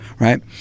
right